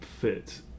fit